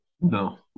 No